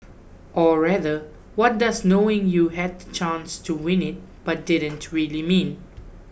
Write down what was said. or rather what does knowing you had the chance to win it but didn't really mean